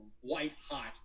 white-hot